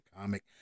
comic